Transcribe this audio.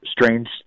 strange